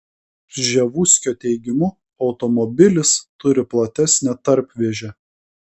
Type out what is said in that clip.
rževuskio teigimu automobilis turi platesnę tarpvėžę